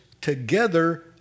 together